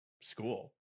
school